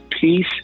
peace